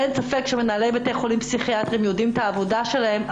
אין ספק שמנהלי בתי חולים פסיכיאטריים יודעים את העבודה שלהם,